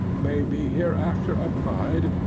may be hereafter applied,